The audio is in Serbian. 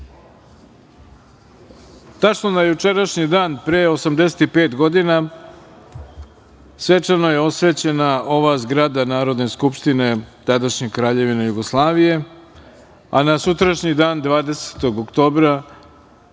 reči. Tačno na jučerašnji dan pre 85 godina svečano je osvećena ova zgrada Narodne skupštine, tadašnje Kraljevine Jugoslavije, a na sutrašnji dan 20. oktobra